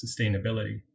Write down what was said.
sustainability